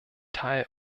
teil